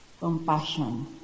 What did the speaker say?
compassion